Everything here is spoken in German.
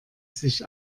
sich